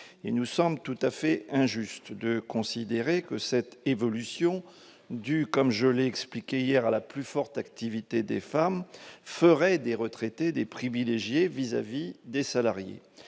Il nous semble tout à fait injuste de considérer que cette évolution due, comme je l'ai expliqué hier, à la plus forte activité des femmes, ferait des retraités des privilégiés par rapport aux salariés.